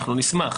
אנחנו נשמח.